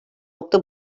nokta